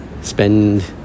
spend